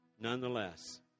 nonetheless